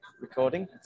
recording